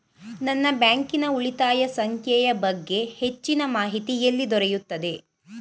ನನ್ನ ಬ್ಯಾಂಕಿನ ಉಳಿತಾಯ ಸಂಖ್ಯೆಯ ಬಗ್ಗೆ ಹೆಚ್ಚಿನ ಮಾಹಿತಿ ಎಲ್ಲಿ ದೊರೆಯುತ್ತದೆ?